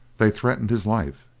they threatened his life.